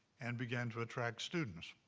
and began to attract students.